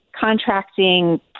contracting